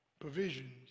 provisions